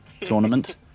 tournament